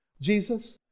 Jesus